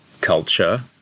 culture